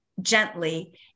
gently